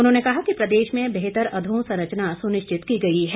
उन्होंने कहा कि प्रदेश में बेहतर अधोसरंचना सुनिश्चित की गई है